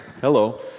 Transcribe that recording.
Hello